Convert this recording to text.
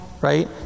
Right